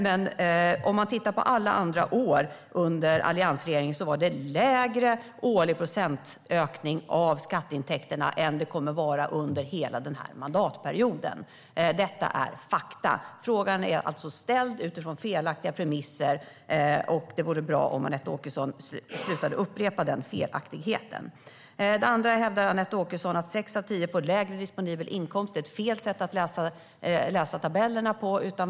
Men alla andra år under alliansregeringen var det lägre årlig procentökning av skatteintäkterna än det kommer att vara under hela den här mandatperioden. Detta är fakta. Frågan är alltså ställd utifrån felaktiga premisser, och det vore bra om Anette Åkesson slutade upprepa den felaktigheten. För det andra hävdar Anette Åkesson att sex av tio får lägre disponibel inkomst. Det är fel sätt att läsa tabellerna.